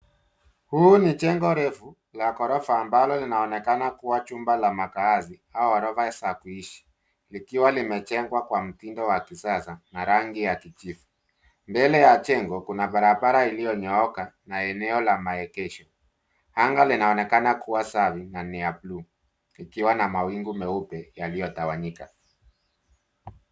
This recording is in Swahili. Huu ni jengo refu, la ghorofa ambalo linaonekana kuwa chumba la makaazi, au ghorofa za kuishi, likiwa limejengwa kwa mtindo wa kisasa, na rangi ya kijivu. Mbele ya jengo kuna barabara iliyonyooka, na eneo la maegesho. Anga linaonekana kuwa safi, na ni ya bluu, likiwa na mawingu meupe yaliyotawanyika.